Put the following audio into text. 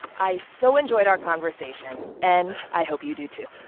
i so enjoyed our conversation, and i hope you do, too